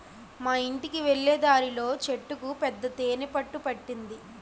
మా యింటికి వెళ్ళే దారిలో చెట్టుకు పెద్ద తేనె పట్టు పట్టింది